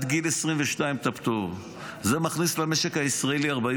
גיל 22. זה היה מכניס למשק הישראלי 45